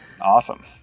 awesome